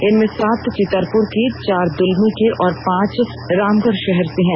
इनमें सात चितरपुर की चार दुलमी के और पांच रामगढ़ शहर से हैं